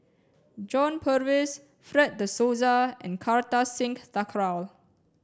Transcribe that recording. john Purvis Fred De Souza and Kartar Singh Thakral